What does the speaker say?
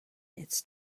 its